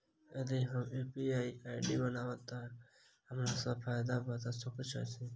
यदि हम UPI ID बनाबै तऽ हमरा की सब फायदा भऽ सकैत अछि?